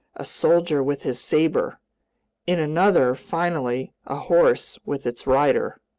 a soldier with his saber in another, finally, a horse with its rider.